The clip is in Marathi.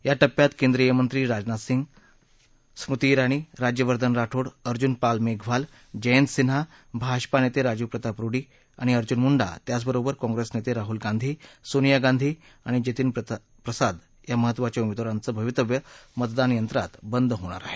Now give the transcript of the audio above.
या टप्प्यात केंद्रीय मंत्री राजनाथ सिंग स्मृती जिणी राज्यवर्धन राठोड अर्जून राम मेघवाल जयंत सिन्हा भाजपा नेते राजीव प्रताप रुडी आणि अर्जून मुंडा त्याचबरोबर काँग्रेस नेते राहूल गांधी सोनिया गांधी आणि जतीन प्रसाद या महत्त्वाच्या उमेदवारांच भवितव्य मतदान यंत्रात बंद होणार आहे